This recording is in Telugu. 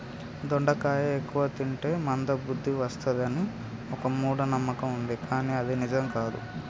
దొండకాయ ఎక్కువ తింటే మంద బుద్ది వస్తది అని ఒక మూఢ నమ్మకం వుంది కానీ అది నిజం కాదు